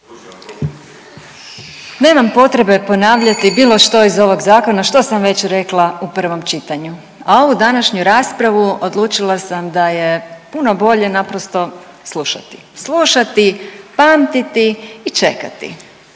Nemam potrebe ponavljati bilo što iz ovog Zakona što sam već rekla u prvom čitanju, a ovu današnju raspravu odlučila sam da je puno bolje naprosto slušati. Slušati, pamtiti i čekati.